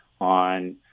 on